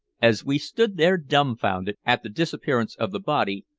as we stood there dumbfounded at the disappearance of the body,